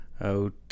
out